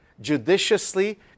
judiciously